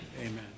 Amen